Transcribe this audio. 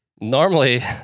Normally